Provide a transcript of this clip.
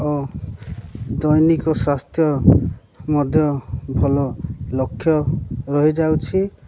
ଓ ଦୈନିକ ସ୍ୱାସ୍ଥ୍ୟ ମଧ୍ୟ ଭଲ ଲକ୍ଷ୍ୟ ରହିଯାଉଛି